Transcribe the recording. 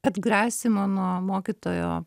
atgrasymo nuo mokytojo